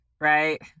right